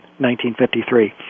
1953